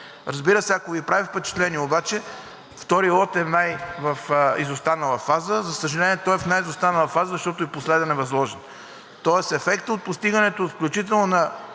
Разбира се, ако обаче Ви прави впечатление, лот 2 е в най-изостанала фаза. За съжаление, той е в най-изостанала фаза, защото е възложен и последен. Тоест ефектът от постигането, включително на